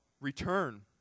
return